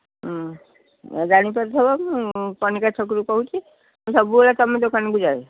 ହଁ ଜାଣି ପାରୁଥିବ କନିକା ଛକରୁ କହୁଛି ସବୁବେଳେ ତମ ଦୋକାନକୁ ଯାଏ